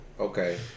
Okay